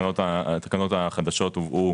התקנות החדשות הובאו